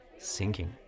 sinking